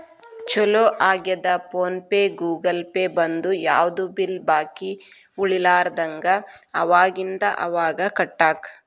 ಚೊಲೋ ಆಗ್ಯದ PhonePe Google Pay ಬಂದು ಯಾವ್ದು ಬಿಲ್ ಬಾಕಿ ಉಳಿಲಾರದಂಗ ಅವಾಗಿಂದ ಅವಾಗ ಕಟ್ಟಾಕ